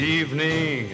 evening